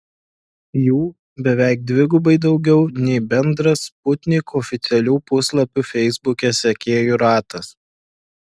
jų beveik dvigubai daugiau nei bendras sputnik oficialių puslapių feisbuke sekėjų ratas